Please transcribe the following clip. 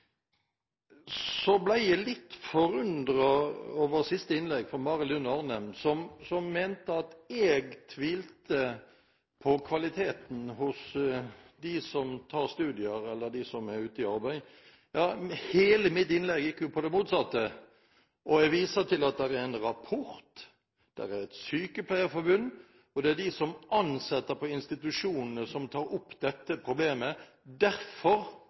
Så ble jeg litt forundret over siste innlegg, fra Mari Lund Arnem, som mente at jeg tvilte på kvaliteten hos dem som tar studier, eller dem som er ute i arbeid. Hele mitt innlegg gikk på det motsatte, og jeg viser til at det er en rapport, et sykepleierforbund og de som ansetter ved institusjonene, som tar opp dette problemet. Derfor